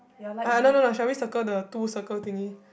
uh no no no shall we circle the two circle thingy